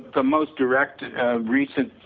the most direct recent